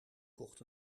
kocht